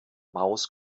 maus